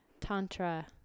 tantra